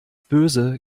böse